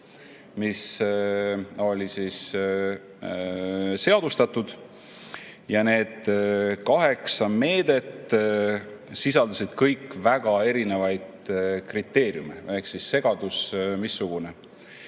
mis olid seadustatud, ja need kaheksa meedet sisaldasid kõik väga erinevaid kriteeriume. Ehk segadus missugune.